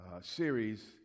series